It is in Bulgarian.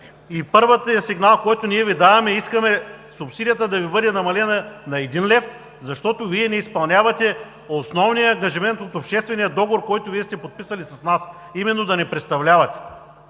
И първият сигнал, който ние Ви даваме, е: искаме субсидията да Ви бъде намалена на един лев, защото Вие не изпълнявате основния ангажимент от обществения договор, който Вие сте подписали с нас – именно, да ни представлявате.“